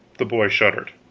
the boy shuddered.